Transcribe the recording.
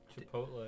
Chipotle